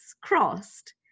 crossed